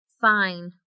Fine